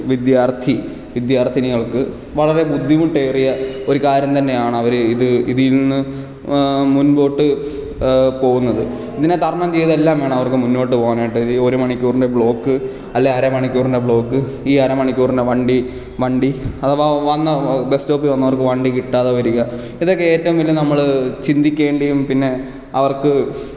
വിദ്യാർത്ഥി വിദ്യാർത്ഥിനികൾക്ക് വളരെ ബുദ്ധിമുട്ടേറിയ ഒരു കാര്യം തന്നെയാണ് അവർ ഇത് ഇതിൽ നിന്ന് മുൻപോട്ട് പോകുന്നത് ഇതിനെ തരണം ചെയ്തെല്ലാം വേണം അവർക്ക് മുന്നോട്ട് പോകാനായിട്ട് ഈ ഒരുമണിക്കൂറിൻ്റെ ബ്ലോക്ക് അല്ലെ അരമണിക്കൂറിൻ്റെ ബ്ലോക്ക് ഈ അരമണിക്കൂറിന് വണ്ടി വണ്ടി അഥവാ വന്ന ബസ് സ്റ്റോപ്പിൽ വന്നവർക്കു വണ്ടി കിട്ടാതെ വരിക ഇതൊക്കെ ഏറ്റവും തന്നെ നമ്മൾ ചിന്തിക്കേണ്ടിയും പിന്നെ അവർക്ക്